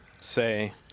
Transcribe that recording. say